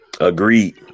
Agreed